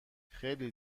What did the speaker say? خیلی